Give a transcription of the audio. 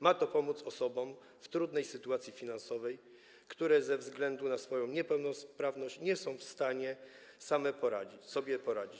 Ma to pomóc osobom w trudnej sytuacji finansowej, które ze względu na swoją niepełnosprawność nie są w stanie same sobie poradzić.